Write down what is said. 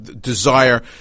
desire